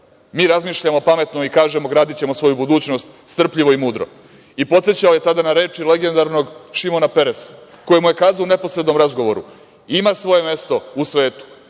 Mi razmišljamo pametno kažemo gradićemo svoju budućnost strpljivo i mudro. Podsećao je tada na reči legendarnog Šimona Peresa koji mu je kazao u neposrednom razgovoru ima svoje mesto u svetu,